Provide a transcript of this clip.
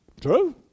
True